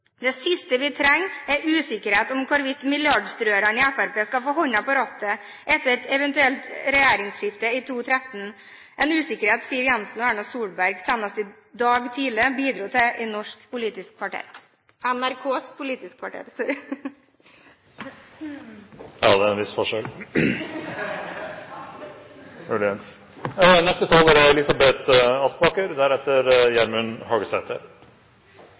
Det siste vi trenger, er usikkerhet om hvorvidt milliardstrøerne i Fremskrittspartiet skal få hånden på rattet etter et eventuelt regjeringsskifte i 2013, en usikkerhet Siv Jensen og Erna Solberg senest i dag tidlig bidro til i norsk Politisk kvarter – NRKs Politisk kvarter, sorry. Ja, det er en viss forskjell.